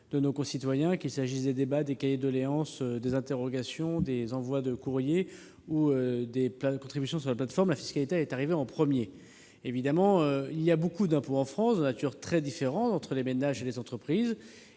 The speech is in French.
de nos concitoyens. Qu'il s'agisse des débats, des cahiers de doléances, des interrogations, des envois de courriers ou des contributions sur la plateforme, la question de la fiscalité est arrivée en premier. Évidemment, il y a beaucoup d'impôts en France, de nature très différente entre les ménages et les entreprises.